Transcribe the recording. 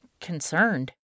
concerned